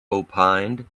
opined